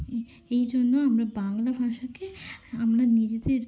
এই এই জন্য আমরা বাংলা ভাষাকে আমরা নিজেদের